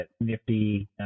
NIFTY